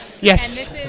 Yes